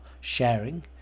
sharing